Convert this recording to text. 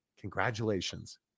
Congratulations